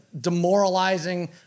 demoralizing